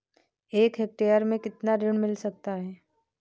एक हेक्टेयर में कितना ऋण मिल सकता है?